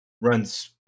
runs